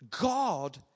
God